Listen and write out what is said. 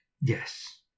Yes